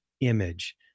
image